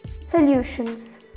Solutions